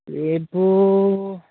এইবোৰ